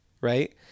right